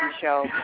show